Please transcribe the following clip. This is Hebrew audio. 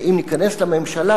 שאם ניכנס לממשלה,